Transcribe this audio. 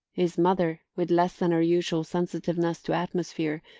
his mother, with less than her usual sensitiveness to atmosphere,